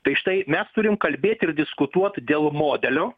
tai štai mes turim kalbėt ir diskutuot dėl modelio